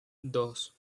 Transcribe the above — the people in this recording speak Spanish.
dos